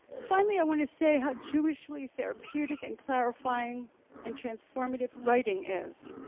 finally, i want to say how jewishly therapeutic and clarifying and transformative writing is.